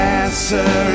answer